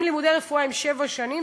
אם לימודי רפואה הם שבע שנים,